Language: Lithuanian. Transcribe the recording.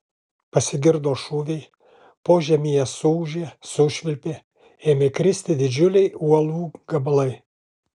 pasigirdo šūviai požemyje suūžė sušvilpė ėmė kristi didžiuliai uolų gabalai